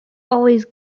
always